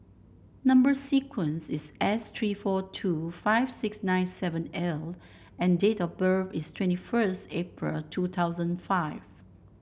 number sequence is S three four two five six nine seven L and date of birth is twenty first April two thousand five